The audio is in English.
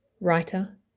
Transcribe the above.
writer